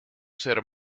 ser